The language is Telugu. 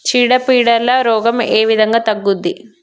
చీడ పీడల రోగం ఏ విధంగా తగ్గుద్ది?